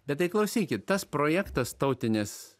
bet tai klausykit tas projektas tautinis